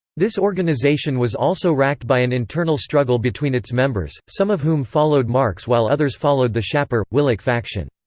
this organisation was also racked by an internal struggle between its members, some of whom followed marx while others followed the schapper willich faction.